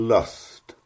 Lust